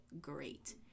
great